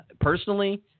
personally –